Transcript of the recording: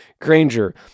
Granger